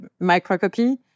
microcopy